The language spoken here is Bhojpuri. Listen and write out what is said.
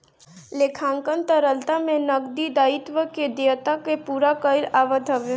लेखांकन तरलता में नगदी दायित्व के देयता कअ पूरा कईल आवत हवे